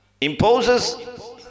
imposes